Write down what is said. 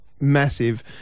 massive